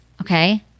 okay